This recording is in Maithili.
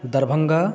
दरभङ्गा